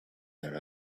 their